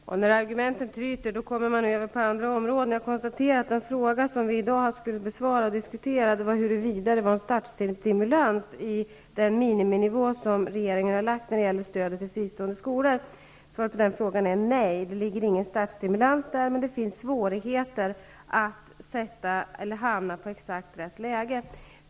Fru talman! När argumenten tryter kommer man över på andra områden. Den fråga som vi i dag skulle diskutera gällde huruvida det fanns en startstimulans i den miniminivå som regeringen har föreslagit när det gäller stödet till fristående skolor. Svaret på den frågan är nej. Det ligger ingen startstimulans där. Men det är svårt att välja så att man hamnar på exakt rätt nivå.